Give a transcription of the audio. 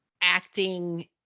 acting